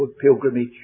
pilgrimage